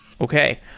Okay